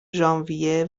ژانویه